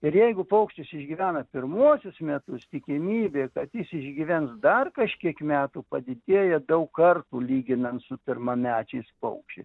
ir jeigu paukštis išgyvena pirmuosius metus tikimybė kad jis išgyvens dar kažkiek metų padidėja daug kartų lyginant su pirmamečiais paukščiais